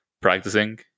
practicing